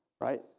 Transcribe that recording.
right